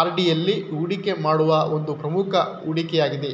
RD ಎಲ್ಲಿ ಹೂಡಿಕೆ ಮಾಡುವ ಒಂದು ಪ್ರಮುಖ ಹೂಡಿಕೆ ಯಾಗಿದೆ